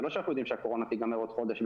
זה לא שאנחנו יודעים שהקורונה תיגמר בעוד חודש,